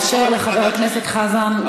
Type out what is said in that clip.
אני מבקשת ממך לאפשר לחבר הכנסת חזן לומר את הדברים.